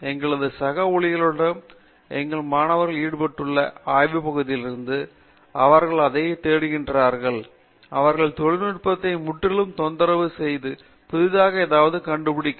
எனவே எங்களது சக ஊழியர்களிடமும் எங்கள் மாணவர்கள் ஈடுபட்டுள்ள ஆய்வுப் பகுதியிலிருந்தும் அவர்கள் அதை தேடுகிறார்கள் அவர்கள் தொழில்நுட்பத்தை முற்றிலும் தொந்தரவு செய்யது புதியதாக எதாவது கண்டுபிடிக்கலாம்